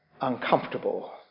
uncomfortable